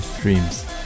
Dreams